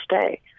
stay